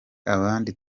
abandi